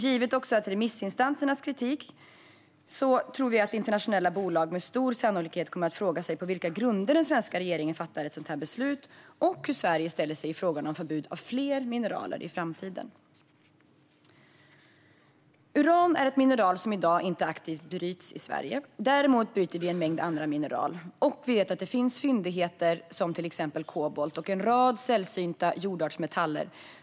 Givet remissinstansernas kritik tror vi att internationella bolag med stor sannolikhet kommer att fråga sig på vilka grunder den svenska regeringen fattar ett sådant här beslut och hur Sverige ställer sig i frågan om förbud av fler mineraler i framtiden. Uran är ett mineral som i dag inte bryts aktivt i Sverige. Däremot bryter vi en mängd andra mineraler. Vi vet också att det finns fyndigheter av till exempel kobolt och en rad sällsynta jordartsmetaller.